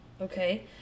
Okay